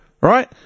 right